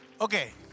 Okay